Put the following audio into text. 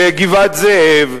שגבעת-זאב,